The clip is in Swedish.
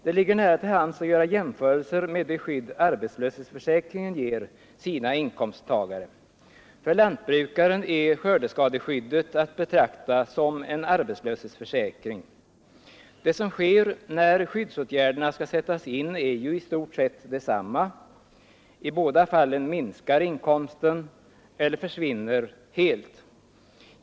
Det ligger nära till hands att göra jämförelser med det skydd som arbetslöshetsförsäkringen ger sina inkomsttagare. För lantbrukaren är skördeskadeskyddet att betrakta som en arbetslöshetsförsäkring. Det som sker när skyddsåtgärderna skall sättas in är i stort sett detsamma, i båda fallen minskar inkomsten eller försvinner helt.